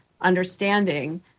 understanding